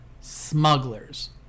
Smugglers